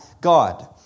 God